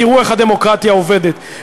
תראו איך הדמוקרטיה עובדת,